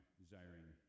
desiring